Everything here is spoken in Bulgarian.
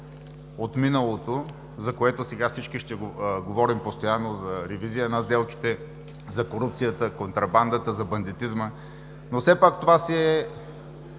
от миналото, за което сега всички говорим постоянно: за ревизия на сделките, за корупцията, контрабандата, за бандитизма. Все пак това си е